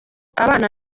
abana